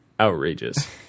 outrageous